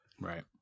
Right